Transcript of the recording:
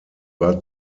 war